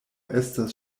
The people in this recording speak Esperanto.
estas